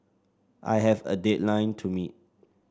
I have a deadline to meet